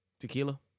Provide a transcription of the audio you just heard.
Tequila